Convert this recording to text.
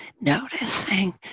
Noticing